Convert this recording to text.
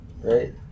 right